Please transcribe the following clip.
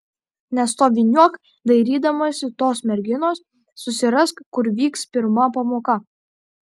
nestoviniuok dairydamasi tos merginos susirask kur vyks pirma pamoka